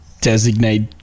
designate